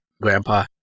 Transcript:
Grandpa